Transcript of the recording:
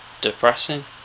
depressing